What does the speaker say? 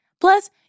Plus